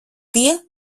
tie